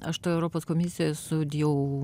aš toj europos komisijoj esu jau